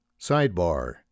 Sidebar